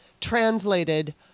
translated